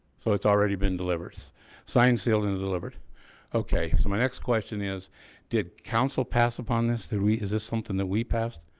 so it's already been delivered signed sealed and delivered okay, so my next question is did council pass upon this theory. is this something that we passed?